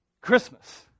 Christmas